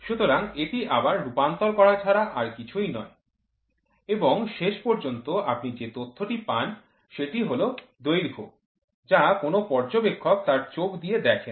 সুতরাং এটি আবার রূপান্তর করা ছাড়া আর কিছুই নয় এবং শেষ পর্যন্ত আপনি যে তথ্যটি পান সেটি হল দৈর্ঘ্য যা কোনও পর্যবেক্ষক তার চোখ দিয়ে দেখেন